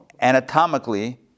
anatomically